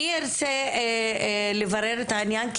אני ארצה לברר את העניין.